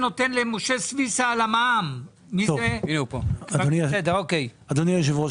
אדוני היושב-ראש,